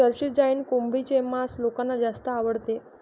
Jersey Giant कोंबडीचे मांस लोकांना जास्त आवडते